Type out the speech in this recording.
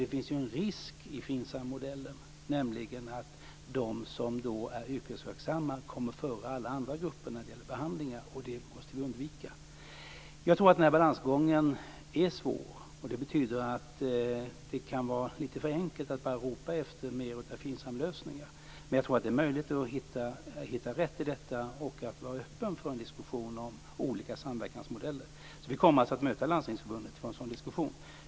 Det finns en risk i FINSAM-modellen, nämligen att de som är yrkesverksamma kommer före alla andra grupper i fråga om behandlingar. Det måste vi undvika. Balansgången är svår. Det betyder att det kan vara för enkelt att ropa efter mer FINSAM-lösningar. Det är möjligt att hitta rätt i detta och att vara öppen för diskussion om olika samverkansmodeller. Vi kommer att möta Landstingsförbundet för en sådan diskussion.